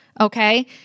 okay